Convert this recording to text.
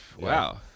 wow